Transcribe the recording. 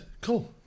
cool